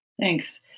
Thanks